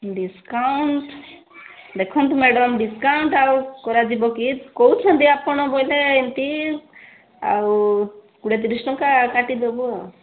discount ଦେଖନ୍ତୁ madam discount ଆଉ କରାଯିବ କି କହୁଛନ୍ତି ଆପଣ ବୋଇଲେ ଏମତି ଆଉ କୋଡ଼ିଏ ତିରିଶ ଟଙ୍କା କାଟିଦେବୁ ଆଉ